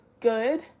good